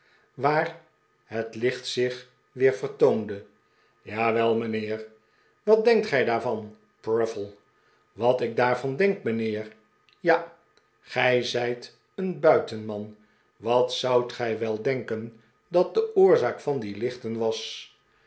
waar het licht zich weer vertoonde jawel mijnheer wat denkt gij daarvan pruffle wat ik daarvan denk mijnheer ja gij zijt een buitenman wat zoudt gij wel denken dat de oorzaak van die iichten was